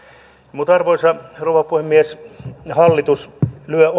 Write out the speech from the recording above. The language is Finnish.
mutta arvoisa rouva puhemies hallitus lyö